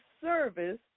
service